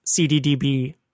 CDDB